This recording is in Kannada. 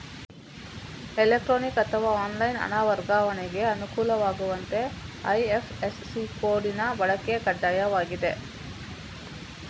ಎಲೆಕ್ಟ್ರಾನಿಕ್ ಅಥವಾ ಆನ್ಲೈನ್ ಹಣ ವರ್ಗಾವಣೆಗೆ ಅನುಕೂಲವಾಗುವಂತೆ ಐ.ಎಫ್.ಎಸ್.ಸಿ ಕೋಡಿನ ಬಳಕೆ ಕಡ್ಡಾಯವಾಗಿದೆ